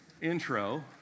intro